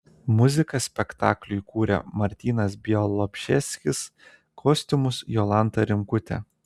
muziką spektakliui kūrė martynas bialobžeskis kostiumus jolanta rimkutė